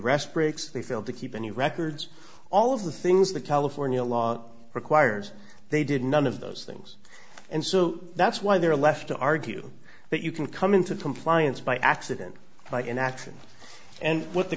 rest breaks they failed to keep any records all of the things the california law requires they did none of those things and so that's why they're left to argue that you can come into compliance by accident by inaction and what the